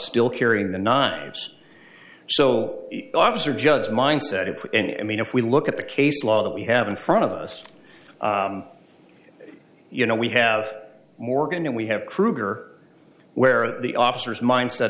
still carrying the knobs so officer judd's mindset it and i mean if we look at the case law that we have in front of us you know we have morgan and we have krueger where the officers mindset